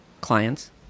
clients